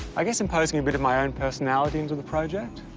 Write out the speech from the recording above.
i guess, imposing a bit of my own personality into the project.